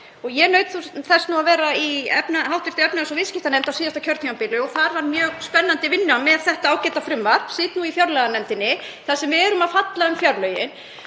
Ég naut þess að vera í hv. efnahags- og viðskiptanefnd á síðasta kjörtímabili og þar var mjög spennandi vinna með þetta ágæta frumvarp. Og ég sit nú í fjárlaganefnd þar sem við erum að falla um fjárlögin.